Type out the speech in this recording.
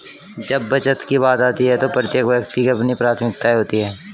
जब बचत की बात आती है तो प्रत्येक व्यक्ति की अपनी प्राथमिकताएं होती हैं